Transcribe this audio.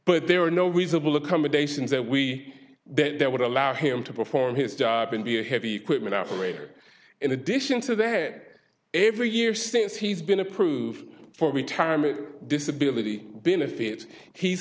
but there are no reasonable accommodations that we that would allow him to perform his job and be a heavy equipment operator in addition to that every year since he's been approved for retirement disability benefit he's